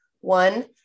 one